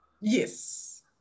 yes